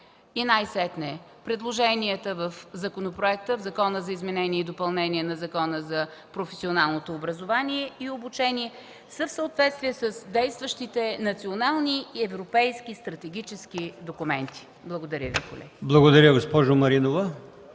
И най-сетне, предложенията в Законопроекта за изменение и допълнение на Закона за професионалното образование и обучение са в съответствие с действащите национални и европейски стратегически документи. Благодаря. ПРЕДСЕДАТЕЛ АЛИОСМАН ИМАМОВ: Благодаря, госпожо Маринова.